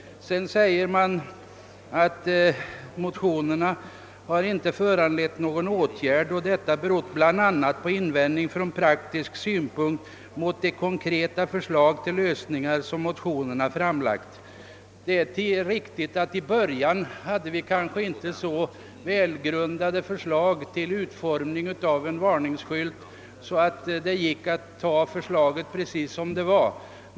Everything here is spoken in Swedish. Man säger vidare att motionerna inte föranlett någon åtgärd och att detta »berott bl.a. på invändningar från praktisk synpunkt mot de konkreta förslag till lösningar som motionärerna framlagt». Det är riktigt att vi i början kanske inte hade så välgrundade förslag till utformning av en varningsskylt att förslaget kunde godkännas som det var.